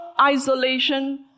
isolation